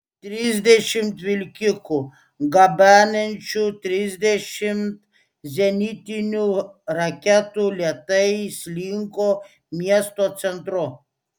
trisdešimt vilkikų gabenančių trisdešimt zenitinių raketų lėtai slinko miesto centru